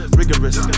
rigorous